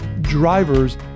drivers